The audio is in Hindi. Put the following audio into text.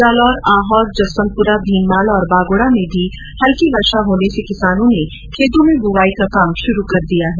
जालौर आहौर जसवंतपुरा भीनमाल और बागोंडा में भी हल्की वर्षा होने से किसानों में खेतों में बुवाई शुरू कर दी है